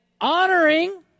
honoring